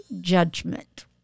judgment